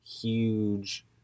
huge